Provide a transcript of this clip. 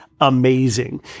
amazing